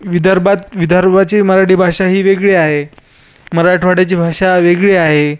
विदर्भात विदर्भाची मराठी भाषा ही वेगळी आहे मराठवाड्याची भाषा वेगळी आहे